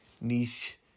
niche